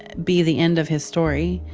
and be the end of his story.